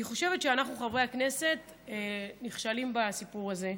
אני חושבת שאנחנו, חברי הכנסת, נכשלים בסיפור הזה.